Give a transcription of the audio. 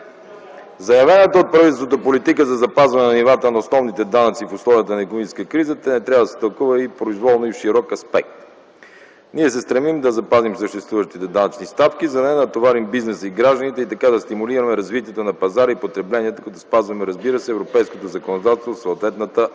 Заявената от правителството политика за запазване на нивата на основните данъци в условията на икономическа криза не трябва да се тълкува произволно и в широк аспект. Ние се стремим да запазим съществуващите данъчни ставки, за да не натоварим бизнеса и гражданите и така да стимулираме развитието на пазара и потреблението, като спазваме, разбира се, европейското законодателство в съответната